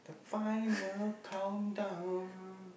final countdown